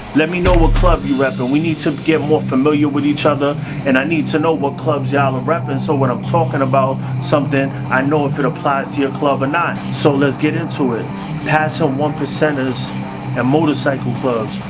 let me know what club you reppin? we need to get more familiar with each other and i need to know what clubs y'all of and reppin so when i'm talking about something i know if applies to your club or not. so let's get into it passing one percenters and motorcycle clubs,